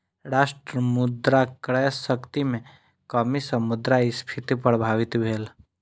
राष्ट्र मुद्रा क्रय शक्ति में कमी सॅ मुद्रास्फीति प्रभावित भेल